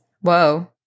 whoa